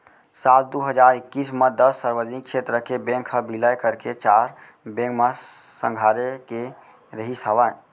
साल दू हजार एक्कीस म दस सार्वजनिक छेत्र के बेंक ह बिलय करके चार बेंक म संघारे गे रिहिस हवय